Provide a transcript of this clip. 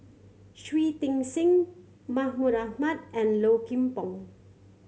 Shui Tit Sing Mahmud Ahmad and Low Kim Pong